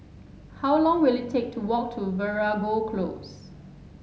how long will it take to walk to Veeragoo Close